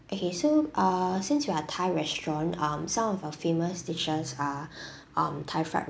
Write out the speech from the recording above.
okay so uh since we are thai restaurant um some of our famous dishes are um thai fried